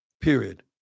Period